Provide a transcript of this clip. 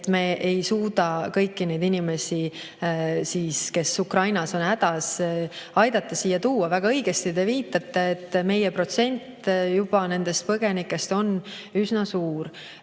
me ei suuda kõiki neid inimesi, kes Ukrainas on hädas, aidata ja siia tuua. Väga õigesti te viitate, et meie protsent juba nendest põgenikest on üsna suur.